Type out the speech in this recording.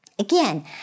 Again